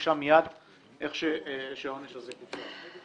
שהוגשה מיד כשהעונש הזה קוצר.